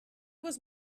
was